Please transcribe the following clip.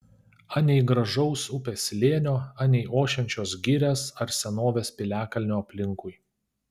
anei gražaus upės slėnio anei ošiančios girios ar senovės piliakalnio aplinkui